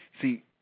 See